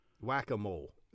whack-a-mole